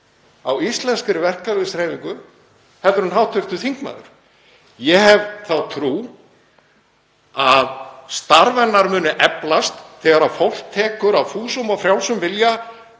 á íslenskri verkalýðshreyfingu heldur en hv. þingmaður. Ég hef þá trú að starf hennar muni eflast þegar fólk tekur af fúsum og frjálsum vilja